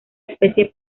especie